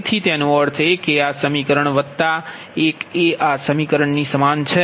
તેથી તેનો અર્થ એ કે આ સમીકરણ વત્તા આ એક એ આ સમીકરણ ની સમાન છે